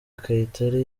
kayitare